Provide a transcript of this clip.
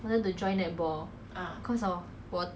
ya ya so